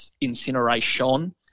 incineration